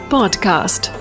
Podcast